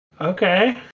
Okay